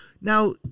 Now